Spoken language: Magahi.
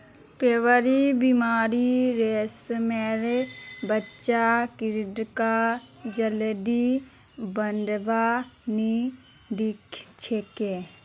पेबरीन बीमारी रेशमेर बच्चा कीड़ाक जल्दी बढ़वा नी दिछेक